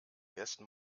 ersten